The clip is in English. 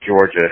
Georgia